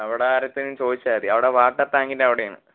അവിടെ ആരുടെ അടുത്തെങ്കിലും ചോദിച്ചാൽ മതി അവിടെ വാട്ടർ ടാങ്കിൻറെ അവിടെയാണ്